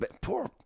poor